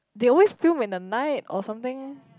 they always film in the night or something